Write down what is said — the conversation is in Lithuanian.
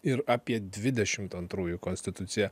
ir apie dvidešimt antrųjų konstituciją